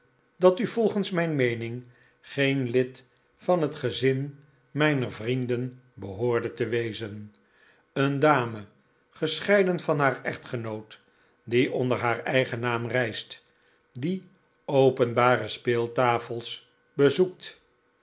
dat u volgens mijn meening geen lid van het gezin mijner vrienden behoorde te wezen een dame gescheiden van haar echtgenoot die onder haar eigen naam reist die openbare speeltafels bezoekt